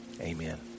amen